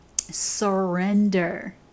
Surrender